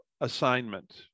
assignment